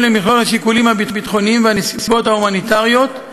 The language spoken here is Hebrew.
למכלול השיקולים הביטחוניים והנסיבות ההומניטריות,